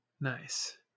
Nice